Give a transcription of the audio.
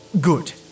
Good